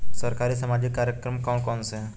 सरकारी सामाजिक कार्यक्रम कौन कौन से हैं?